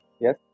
yes